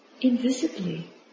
invisibly